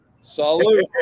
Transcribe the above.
Salute